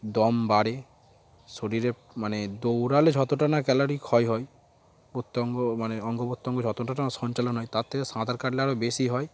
দম বাড়ে শরীরে মানে দৌড়ালে যতটা না ক্যালোরি ক্ষয় হয় প্রত্যঙ্গ মানে অঙ্গ প্রত্যঙ্গ যতটা সঞ্চালন হয় তার থেকে সাঁতার কাটলে আরও বেশি হয়